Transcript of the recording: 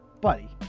Buddy